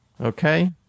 Okay